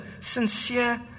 sincere